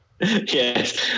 Yes